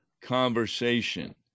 conversation